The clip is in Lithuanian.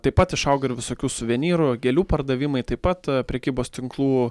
taip pat išauga ir visokių suvenyrų gėlių pardavimai taip pat prekybos tinklų